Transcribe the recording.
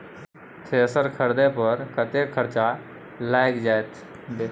Thresher खरीदे पर कतेक खर्च लाईग जाईत?